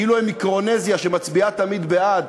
כאילו הם מיקרונזיה שמצביעה תמיד בעד,